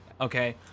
okay